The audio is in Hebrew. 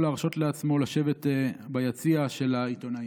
להרשות לעצמו לשבת ביציע של העיתונאים.